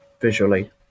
visually